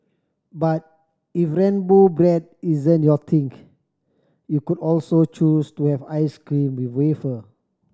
but if rainbow bread isn't your think you could also choose to have ice cream with wafer